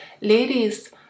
Ladies